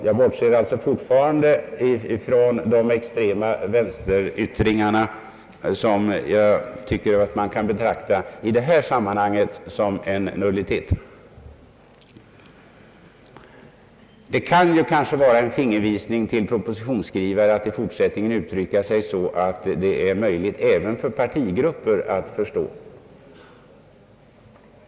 Jag bortser alltså fortfarande ifrån de extrema vänsteryttringarna, som jag tycker man i detta sammanhang kan betrakta som en nullitet. Det kanske borde vara en fingervisning till propositionsskrivarna att i fortsättningen uttrycka sig så att det är möjligt även för partigrupper att förstå.